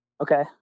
Okay